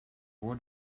war